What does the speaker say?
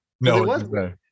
No